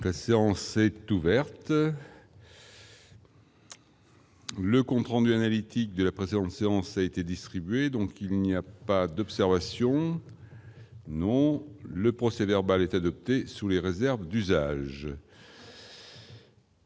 La séance est ouverte.. Le compte rendu analytique de la précédente séance a été distribué. Il n'y a pas d'observation ?... Le procès-verbal est adopté sous les réserves d'usage.